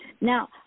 Now